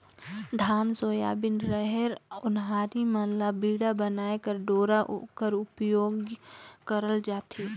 धान, सोयाबीन, रहेर, ओन्हारी मन ल बीड़ा बनाए बर डोरा कर उपियोग करल जाथे